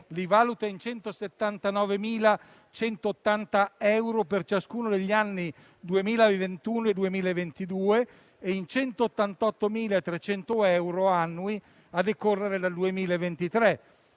li valuta in 179.180 euro per ciascuno degli anni 2021 e 2022, e in 188.300 euro annui a decorrere del 2023,